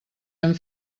amb